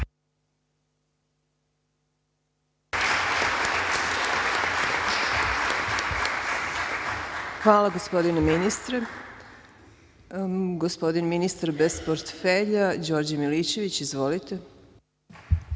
Hvala, gospodine ministre. Gospodin ministar bez portfelja Đorđe Milićević. Izvolite.